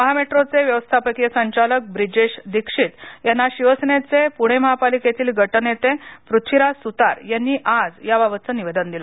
महामेट्रोचे व्यवस्थापकीय संचालक व्रिजेश दीक्षित यांना शिवसेनेचे पुणे महापालिकेतील गटनेते पृथ्वीराज सुतार यांनी आज याबाबतचे निवेदन दिलं